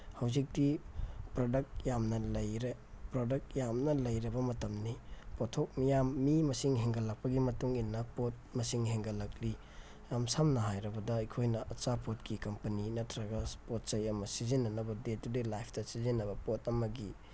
ꯍꯧꯖꯤꯛꯇꯤ ꯄ꯭ꯔꯗꯛ ꯌꯥꯝꯅ ꯂꯩꯔꯦ ꯄ꯭ꯔꯗꯛ ꯌꯥꯝꯅ ꯂꯩꯔꯕ ꯃꯇꯝꯅꯤ ꯄꯣꯠꯊꯣꯛ ꯃꯤꯌꯥꯝ ꯃꯤ ꯃꯁꯤꯡ ꯍꯦꯟꯒꯠꯂꯛꯄꯒꯤ ꯃꯇꯨꯡ ꯏꯟꯅ ꯄꯣꯠ ꯃꯁꯤꯡ ꯍꯦꯟꯒꯠꯂꯛꯂꯤ ꯌꯥꯝ ꯁꯝꯅ ꯍꯥꯏꯔꯕꯗ ꯑꯩꯈꯣꯏꯅ ꯑꯆꯥꯄꯣꯠꯀꯤ ꯀꯝꯄꯅꯤ ꯅꯠꯇ꯭ꯔꯒ ꯄꯣꯠ ꯆꯩ ꯑꯃ ꯁꯤꯖꯤꯟꯅꯅꯕ ꯗꯦ ꯇꯨ ꯗꯦ ꯂꯥꯏꯐꯇ ꯁꯤꯖꯤꯟꯅꯕ ꯄꯣꯠ ꯑꯃꯒꯤ